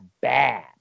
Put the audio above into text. bad